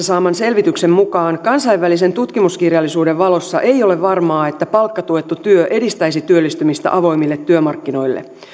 saaman selvityksen mukaan kansainvälisen tutkimuskirjallisuuden valossa ei ole varmaa että palkkatuettu työ edistäisi työllistymistä avoimille työmarkkinoille